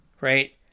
Right